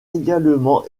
également